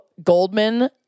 goldman